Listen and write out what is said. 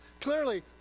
clearly